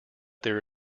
there